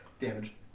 damage